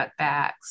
cutbacks